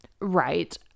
Right